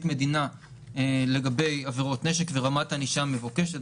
מדינה לגבי עבירות נשק ורמת ענישה מבוקשת,